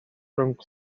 rhwng